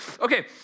Okay